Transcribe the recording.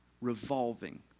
revolving